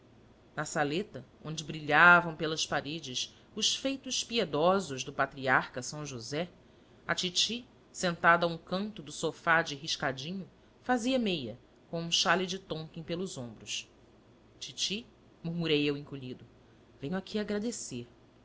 na saleta onde brilhavam pelas paredes os feitos piedosos do patriarca são josé a titi sentada a um canto do sofá de riscadinho fazia meia com um xale de tonquim pelos ombros titi murmurei eu encolhido venho aqui agradecer